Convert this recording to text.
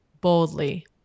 boldly